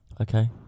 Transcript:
okay